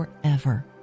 forever